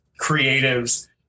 creatives